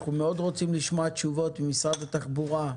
אנחנו רוצים מאוד לשמוע תשובות ממשרד התחבורה,